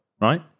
right